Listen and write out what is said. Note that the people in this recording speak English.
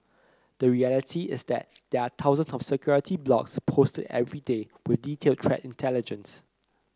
the reality is that there are thousands of security blogs posted every day with detailed threat intelligence